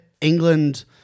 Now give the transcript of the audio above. England